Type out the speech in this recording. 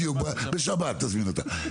בדיוק, תזמין אותה בשבת.